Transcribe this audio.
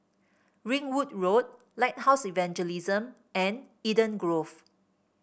Ringwood Road Lighthouse Evangelism and Eden Grove